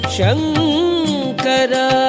Shankara